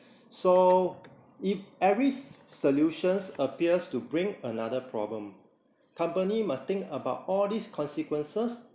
so if every s~ solutions appears to bring another problem company must think about all these consequences